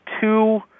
two